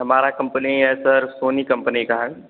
हमारा कम्पनी है sir Sony company का है